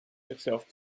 zichzelf